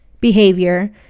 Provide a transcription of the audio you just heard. behavior